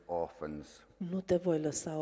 orphans